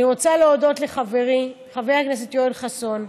אני רוצה להודות לחברי חבר הכנסת יואל חסון.